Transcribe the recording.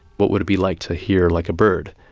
what would it be like to hear like a bird,